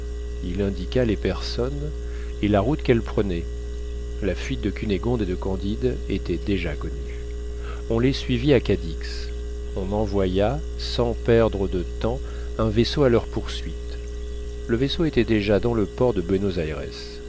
il indiqua les personnes et la route qu'elles prenaient la fuite de cunégonde et de candide était déjà connue on les suivit à cadix on envoya sans perdre de temps un vaisseau à leur poursuite le vaisseau était déjà dans le port de